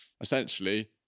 essentially